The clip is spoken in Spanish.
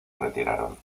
retiraron